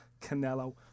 Canelo